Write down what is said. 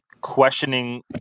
questioning